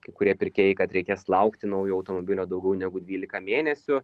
kai kurie pirkėjai kad reikės laukti naujo automobilio daugiau negu dvylika mėnesių